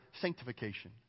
sanctification